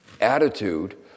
attitude